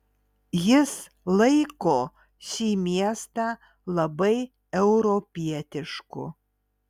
jis laiko šį miestą labai europietišku